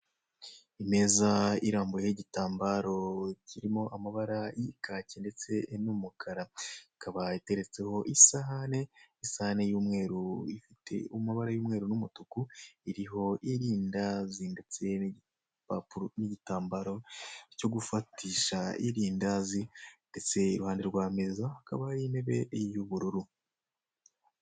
Imeza irambuyeho igitambaro kirimo amabara y'ikaki ndetse n'umukara, ikaba iteretseho isahane, isahane y'umweru ifite amabara y'umweru n'umutuku irimo irindazi ndetse n'igitambaro cyo gufatisha irindazi ndetse uruhande rw'ameza hakaba hariho intebe y'ubururu.